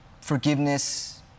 forgiveness